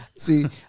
See